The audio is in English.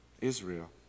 Israel